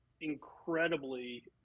incredibly